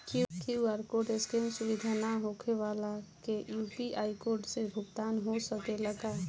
QR code scan सुविधा ना होखे वाला के यू.पी.आई कोड से भुगतान हो सकेला का?